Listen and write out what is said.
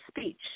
speech